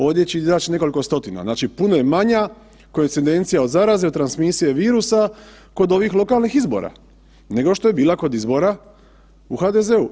Ovdje će izaći nekoliko stotina, znači puno je manja koincidencija od zaraze, od transmisije virusa kod ovih lokalnih izbora, nego što je bila kod izbora u HDZ-u.